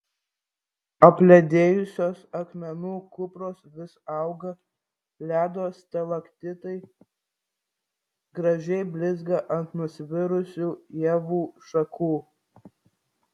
apledėjusios akmenų kupros vis auga ledo stalaktitai gražiai blizga ant nusvirusių ievų šakų